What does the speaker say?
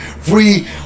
free